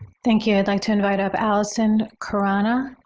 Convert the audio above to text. thank you. i'd like to invite up allison caruana.